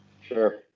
sure